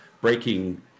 breaking